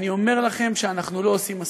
אני אומר לכם שאנחנו לא עושים מספיק.